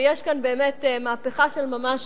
ויש כאן באמת מהפכה של ממש,